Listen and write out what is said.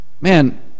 man